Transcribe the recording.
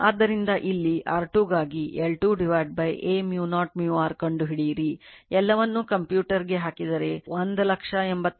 ಆದ್ದರಿಂದ ಇಲ್ಲಿ R2 ಗಾಗಿ L2 Aµ0µr ಕಂಡುಹಿಡಿಯಿರಿ ಎಲ್ಲವನ್ನು ಕಂಪ್ಯೂಟರ್ ಹಾಕಿದರೆ 186509